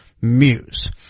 Muse